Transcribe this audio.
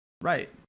Right